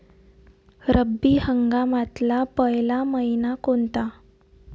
रब्बी हंगामातला पयला मइना कोनता?